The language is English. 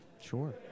Sure